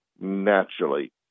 naturally